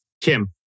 Kim